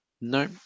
No